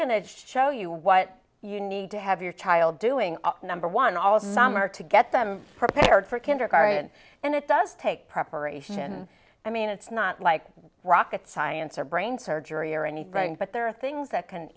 going to show you what you need to have your child doing number one all summer to get them prepared for kindergarten and it does take preparation i mean it's not like rocket science or brain surgery or anything but there are things that can